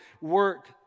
work